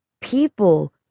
people